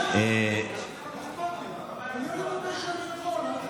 אני אעלה מתי שאני יכול.